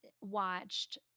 watched